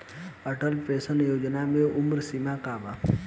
Atal pension योजना मे उम्र सीमा का बा?